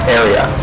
area